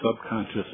Subconscious